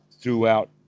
throughout